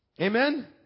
Amen